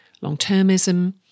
long-termism